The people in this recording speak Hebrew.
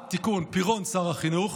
תיקון: פירון היה שר החינוך,